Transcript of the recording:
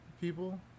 people